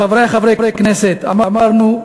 חברי חברי הכנסת, אמרנו: